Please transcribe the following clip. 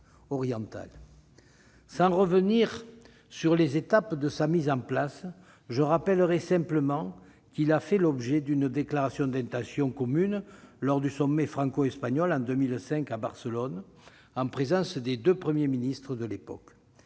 Sans revenir sur les étapes de sa mise en place, je rappellerai simplement qu'il a fait l'objet d'une déclaration d'intention commune lors du sommet franco-espagnol de Barcelone en 2005, en présence des deux Premiers ministres de l'époque.